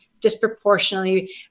disproportionately